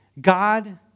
God